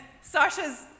Sasha's